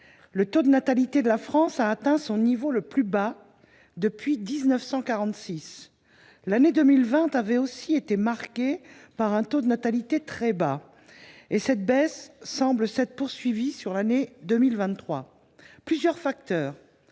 le taux de natalité de la France a atteint son niveau le plus bas depuis 1946 ; l’année 2020 avait aussi été marquée par un taux de natalité très faible. Cette baisse semble s’être poursuivie au cours de l’année 2023. Plusieurs facteurs